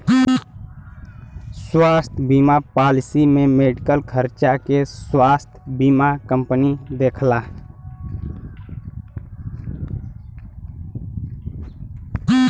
स्वास्थ्य बीमा पॉलिसी में मेडिकल खर्चा के स्वास्थ्य बीमा कंपनी देखला